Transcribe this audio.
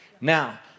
Now